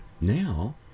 now